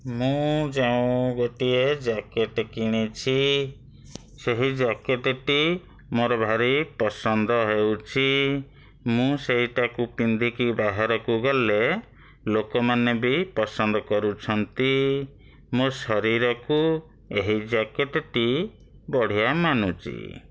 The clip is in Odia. ମୁଁ ଯେଉଁ ଗୋଟିଏ ଜ୍ୟାକେଟ କିଣିଛି ସେହି ଜ୍ୟାକେଟେଟି ମୋର ଭାରି ପସନ୍ଦ ହେଉଛି ମୁଁ ସେଇଟାକୁ ପିନ୍ଧିକି ବାହାରକୁ ଗଲେ ଲୋକମାନେ ବି ପସନ୍ଦ କରୁଛନ୍ତି ମୋ ଶରୀରକୁ ଏହି ଜ୍ୟାକେଟେଟି ବଢ଼ିଆ ମାନୁଛି